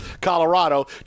Colorado